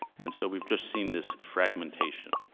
and so we've just seen this fragmentation,